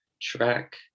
track